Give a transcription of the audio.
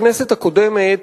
בכנסת הקודמת,